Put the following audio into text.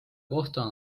kohta